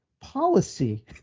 policy